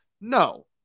No